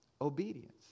Obedience